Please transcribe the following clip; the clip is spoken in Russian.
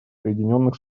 соединенных